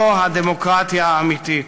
זו הדמוקרטיה האמיתית,